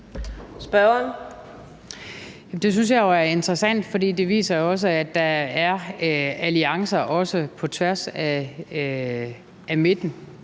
Det synes jeg er interessant, for det viser jo også, at der er alliancer på tværs af midten,